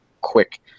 quick